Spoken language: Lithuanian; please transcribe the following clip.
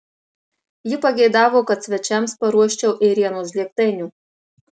ji pageidavo kad svečiams paruoščiau ėrienos žlėgtainių